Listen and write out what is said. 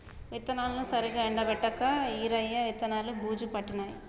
విత్తనాలను సరిగా ఎండపెట్టక ఈరయ్య విత్తనాలు బూజు పట్టినాయి